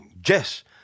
Jess